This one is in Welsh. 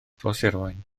rhoshirwaun